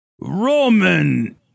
roman